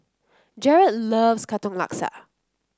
Jarrod loves Katong Laksa